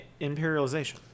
imperialization